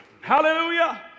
hallelujah